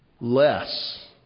less